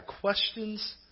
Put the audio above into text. questions